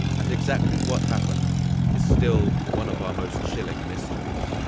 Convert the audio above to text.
and exactly what happened is still one of our most chilling mysteries.